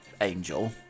angel